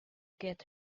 get